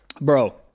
bro